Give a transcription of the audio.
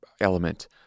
element